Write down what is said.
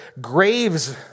graves